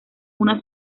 una